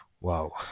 wow